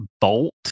bolt